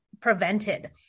prevented